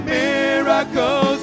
miracles